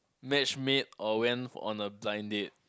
match made or went for on a blind date